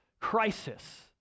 crisis